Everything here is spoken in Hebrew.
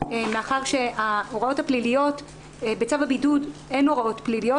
מאחר שבצו הבידוד אין הוראות פליליות,